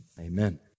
amen